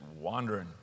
wandering